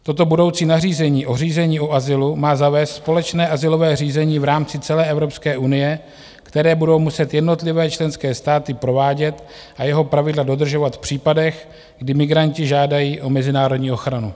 Toto budoucí nařízení o řízení o azylu má zavést společné azylové řízení v rámci celé Evropské unie, které budou muset jednotlivé členské státy provádět a jeho pravidla dodržovat v případech, kdy migranti žádají o mezinárodní ochranu.